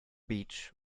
beach